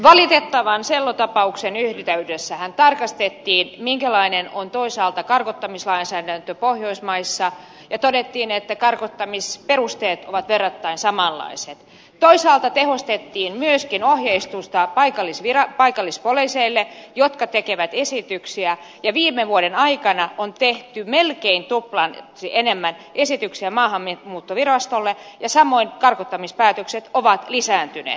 valitettavan sello tapauksen yhteydessähän tarkastettiin minkälainen on toisaalta karkottamislainsäädäntö pohjoismaissa ja todettiin että karkottamisperusteet ovat verrattain samanlaiset toisaalta tehostettiin myöskin ohjeistusta paikallispoliiseille jotka tekevät esityksiä ja viime vuoden aikana on tehty melkein tuplaten enemmän esityksiä maahanmuuttovirastolle ja samoin karkottamispäätökset ovat lisääntyneet